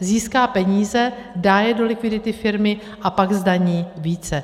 Získá peníze, dá je do likvidity firmy a pak zdaní více.